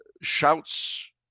shouts